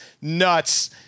nuts